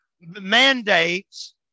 mandates